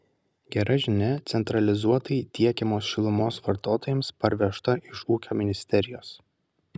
gera žinia centralizuotai tiekiamos šilumos vartotojams parvežta iš ūkio ministerijos